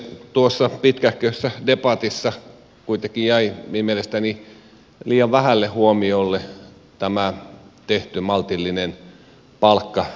tuossa pitkähkössä debatissa kuitenkin jäi mielestäni liian vähälle huomiolle tämä tehty maltillinen palkkaratkaisu